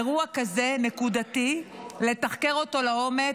אירוע כזה, נקודתי, לתחקר אותו לעומק,